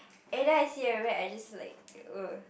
everytime I see a rat I just like ugh